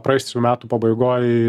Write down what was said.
praėjusių metų pabaigoj